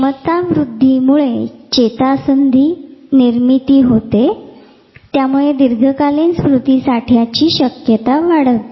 क्षमतावृद्धीमुळे चेतासंधी निर्मिती होते आणि त्यामुळे दीर्घकालीन स्मृतीसाठ्याची शक्यता वाढविते